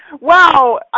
wow